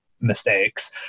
mistakes